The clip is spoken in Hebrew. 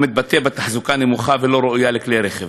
המתבטא בתחזוקה נמוכה ולא ראויה של כלי רכב.